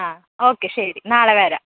ആ ഓക്കേ ശരി നാളെ വരാം